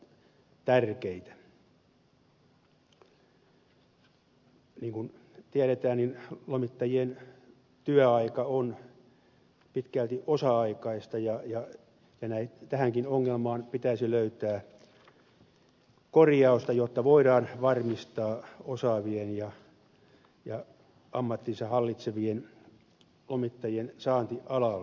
niin kuin tiedetään lomittajien työ on pitkälti osa aikaista ja tähänkin ongelmaan pitäisi löytää korjausta jotta voidaan varmistaa osaavien ja ammattinsa hallitsevien lomittajien saanti alalle